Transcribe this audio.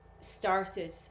started